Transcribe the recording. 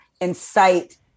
incite